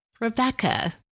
Rebecca